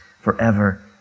forever